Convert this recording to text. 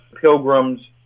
pilgrims